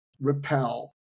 repel